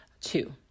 two